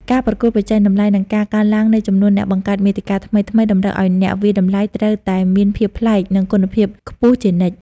ការប្រកួតប្រជែងតម្លៃ និងការកើនឡើងនៃចំនួនអ្នកបង្កើតមាតិកាថ្មីៗ តម្រូវឱ្យអ្នកវាយតម្លៃត្រូវតែមានភាពប្លែក និងគុណភាពខ្ពស់ជានិច្ច។